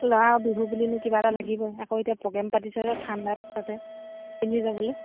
ল'ৰাৰ বিহু বুলিনো কিবা এটা লাগিবই আকৌ এতিয়া প্ৰগ্ৰেম পাতিছে যে ঠাণ্ডাত তাতে পিন্ধি যাবলৈ